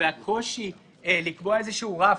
והקושי לקבוע איזשהו רף,